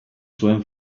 zuen